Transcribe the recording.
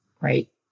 right